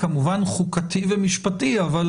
אני מקווה